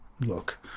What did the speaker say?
look